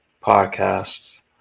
podcasts